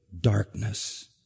darkness